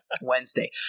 Wednesday